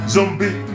Zombie